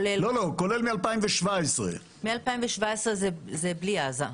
מ-2017 זה בלי עזה.